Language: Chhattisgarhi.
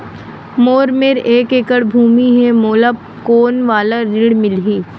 मोर मेर एक एकड़ भुमि हे मोला कोन वाला ऋण मिलही?